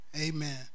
Amen